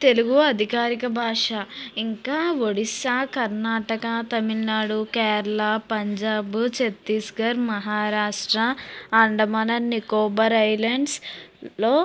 తెలుగు అధికారిక భాష ఇంకా ఒడిస్సా కర్ణాటక తమిళనాడు కేరళ పంజాబ్ చత్తీస్ఘడ్ మహారాష్ట్ర అండమాన్ అండ్ నికోబార్ ఐలాండ్స్లో